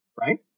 Right